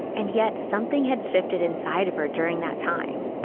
and yet something had shifted inside of her during that time.